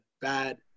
bad